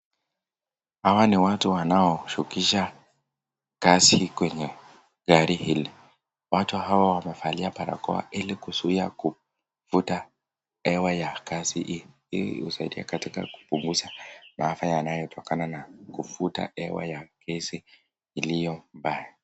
Hawa ni watu wanao shukisha gasi kwenye gari hili .Watu hawa wamevalia barakwa ili kuzuia kuvuta hewa ya gasi hii . Hii inasaidia katika kupungusa maafa yanayo tokana kuvuta hewa gasi iliyo mbaya.